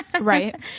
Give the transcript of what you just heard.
Right